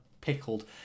pickled